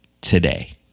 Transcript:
today